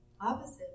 opposite